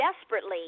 desperately